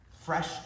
fresh